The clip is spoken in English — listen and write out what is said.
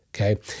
Okay